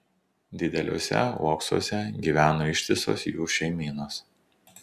dideliuose uoksuose gyveno ištisos jų šeimynos